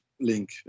link